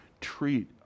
treat